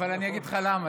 אבל אני אגיד לך למה.